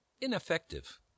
ineffective